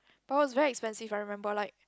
but was very expensive I remember like